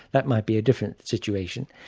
that might be a different situation,